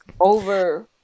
over